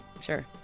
Sure